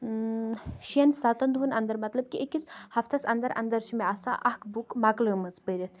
شٮ۪ن سَتَن دۄہَن اندَر مطلب کہِ أکِس ہَفتَس اندر اندر چھِ مےٚ آساں اَکھ بُک مۄکلٲومٕژ پٔرِتھ